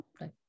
Right